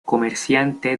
comerciante